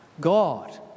God